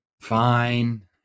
fine